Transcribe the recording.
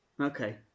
Okay